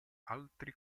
altri